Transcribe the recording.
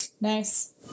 Nice